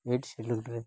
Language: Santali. ᱮᱭᱤᱴ ᱥᱤᱰᱩᱞ ᱨᱮ